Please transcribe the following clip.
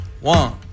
One